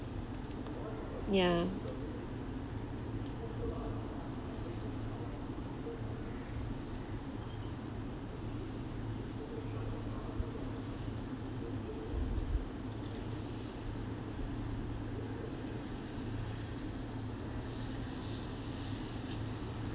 ya